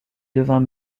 devint